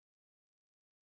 mine is Sue